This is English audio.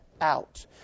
out